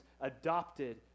adopted